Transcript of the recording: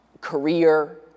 career